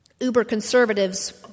uber-conservatives